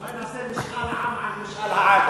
אולי נעשה משאל עם על משאל העם.